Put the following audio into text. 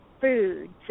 foods